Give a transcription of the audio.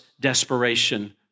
desperation